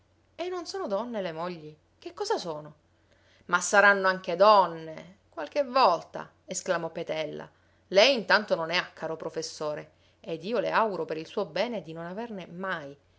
e non sono donne le mogli che cosa sono ma saranno anche donne qualche volta esclamò petella lei intanto non ne ha caro professore ed io le auguro per il suo bene di non averne mai